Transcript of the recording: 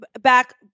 back